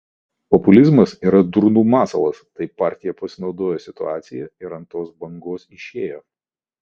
populizmas yra durnų masalas tai partija pasinaudojo situacija ir ant tos bangos išėjo